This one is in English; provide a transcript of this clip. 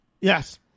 Yes